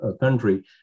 country